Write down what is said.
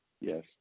Yes